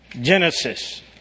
Genesis